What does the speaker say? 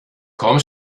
komm